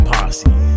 Posse